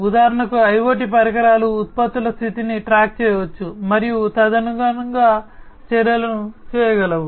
ఉదాహరణకు IoT పరికరాలు ఉత్పత్తుల స్థితిని ట్రాక్ చేయవచ్చు మరియు తదనుగుణంగా చర్యలను చేయగలవు